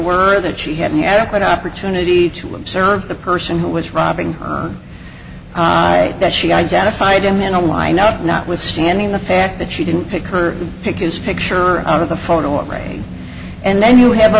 that she had an adequate opportunity to observe the person who was robbing that she identified him in a lineup notwithstanding the fact that she didn't pick her pick his picture out of the phone or play and then you have a